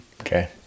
Okay